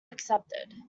accepted